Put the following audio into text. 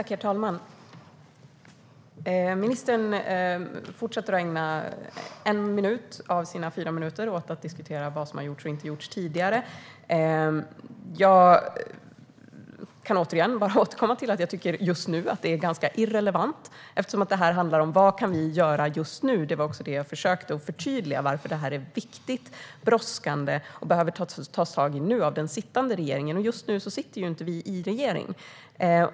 Herr talman! Ministern fortsätter att ägna en del av sin talartid åt att diskutera vad som har gjorts och inte har gjorts tidigare. Jag upprepar att jag tycker att det är ganska irrelevant eftersom det handlar om vad vi kan göra just nu. Jag försökte också förtydliga varför detta är viktigt, brådskande och behöver tas tag i nu av den sittande regeringen. Just nu sitter ju inte vi i regering.